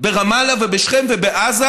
ברמאללה ובשכם ובעזה,